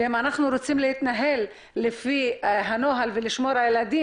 ואם אנחנו רוצים להתנהל לפי הנוהל ולשמור על הילדים,